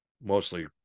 mostly